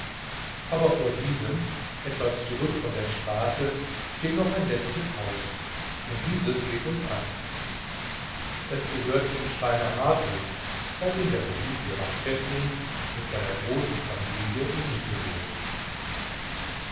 aber vor diesem etwas zurück von der straße steht noch ein letztes haus und dieses geht uns an es gehört dem schreiner hartwig bei dem der musiklehrer pfäffling mit seiner großen familie in miete wohnt